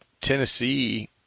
Tennessee